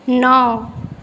नओ